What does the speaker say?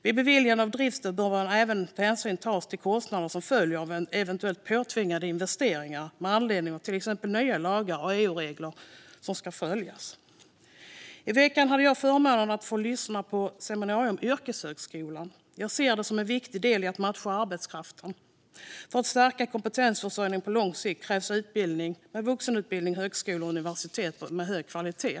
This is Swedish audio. Vid beviljande av driftsstöd bör även hänsyn tas till kostnader som följer av eventuella påtvingade investeringar med anledning av till exempel nya lagar och EU-regler som ska följas. I veckan hade jag förmånen att få lyssna på ett seminarium om yrkeshögskolan. Jag ser den som en viktig del i att matcha arbetskraften. För att stärka kompetensförsörjningen på lång sikt krävs utbildning - vuxenutbildning, högskolor och universitet med hög kvalitet.